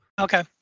Okay